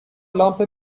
لامپ